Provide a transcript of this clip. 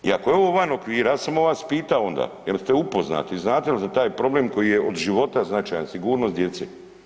I ako je ovo van okvira, ja sam vas pitao onda jel' ste upoznati, znate za taj problem koji je od života značajan sigurnost djece.